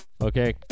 Okay